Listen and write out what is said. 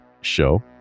Show